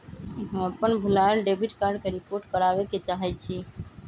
हम अपन भूलायल डेबिट कार्ड के रिपोर्ट करावे के चाहई छी